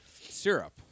syrup